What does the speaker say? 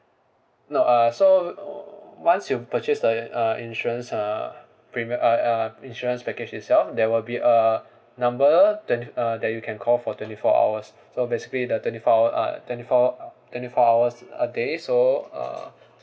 no uh so once you purchased the uh insurance uh premiu~ uh uh insurance package itself there will be a number twen~ uh that you can call for twenty four hours so basically the twenty four hour uh twenty four twenty four hours a day so uh